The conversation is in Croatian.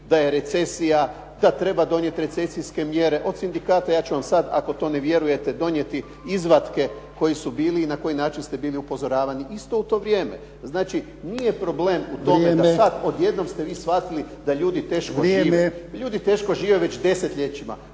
da je recesija, da treba donijeti recesijske mjere od sindikata. Ja ću vam sada ako ne vjerujete donijeti izvatke koji su bili i na koji način ste bili upozoravani isto u to vrijeme. Znači nije problem u tome. …/Upadica: Vrijeme./ … Sada odjednom ste vi shvatili da ljudi da teško žive. …/Upadica: Vrijeme./ … Ljudi teško žive već desetljećima,